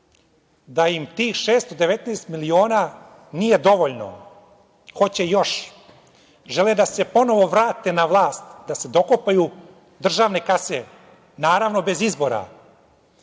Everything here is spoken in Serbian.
da im tih 619 miliona nije dovoljno, hoće još. Žele da se ponovo vrate na vlast, da se dokopaju državne kase, naravno bez izbora,